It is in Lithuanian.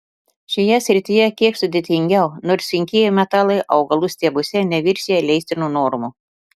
šioje srityje kiek sudėtingiau nors sunkieji metalai augalų stiebuose neviršija leistinų normų